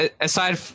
aside